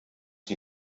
die